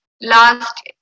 last